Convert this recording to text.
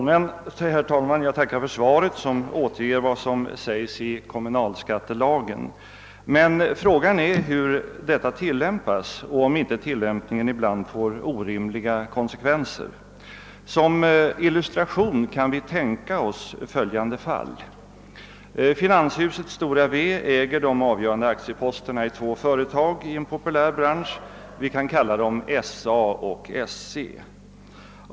Herr talman! Jag tackar för svaret, som återger vad som sägs i kommunalskattelagen. Men frågan är hur dess regler tillämpas och om inte tillämpningen ibland får orimliga konsekvenser. Som illustration härtill kan vi tänka oss följande fall. Finanshuset W äger de avgörande aktieposterna i två företag i en populär bransch — vi kan kalla dem SA och SC.